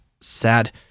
sad